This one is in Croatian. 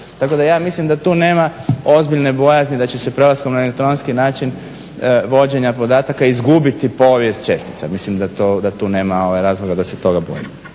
Tako da ja mislim da tu nema ozbiljne bojazni da će se prelaskom na elektronski način vođenja podataka izgubiti povijest čestica. Mislim da tu nema razloga da se toga bojimo.